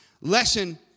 lesson